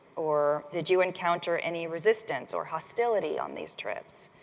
or, did you encounter any resistance or hostility on these trips?